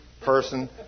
person